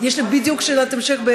יש לי בדיוק שאלת המשך.